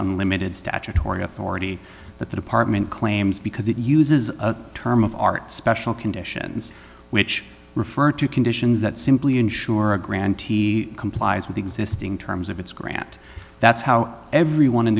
unlimited statutory authority that the department claims because it uses a term of art special conditions which refer to conditions that simply insure a grand t complies with existing terms of its grant that's how everyone in